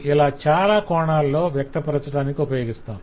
ఇలా చాలా కోణాల్లో - వ్యక్తపరచటానికి ఉపయోగిస్తాము